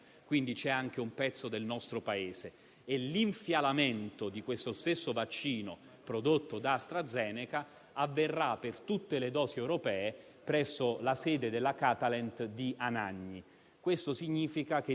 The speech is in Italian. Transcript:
che sono già state diffuse dalla rivista *Lancet*. Ancora sui vaccini. Oltre ad Astrazeneca, con la Commissione Europea stiamo lavorando per chiudere contratti con tutte le altre grandi case farmaceutiche che sono